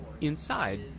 Inside